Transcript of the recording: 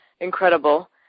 incredible